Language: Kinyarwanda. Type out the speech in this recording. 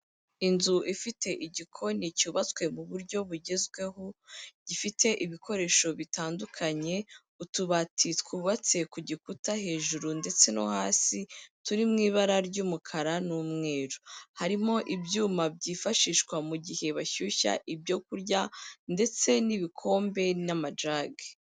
Inzu ifite igikoni cyubatswe mu buryo bugezweho, gifite ibikoresho bitandukanye, utubati twubatse ku gikuta hejuru ndetse no hasi turi mu ibara ry'umukara n'umweru, harimo ibyuma byifashishwa mu gihe bashyushya ibyokurya ndetse n'ibikombe n'amajage.